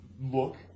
look